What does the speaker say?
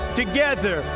together